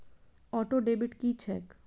Auto debit की छैक?